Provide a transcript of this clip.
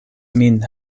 min